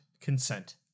consent